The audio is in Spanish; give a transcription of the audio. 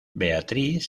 beatriz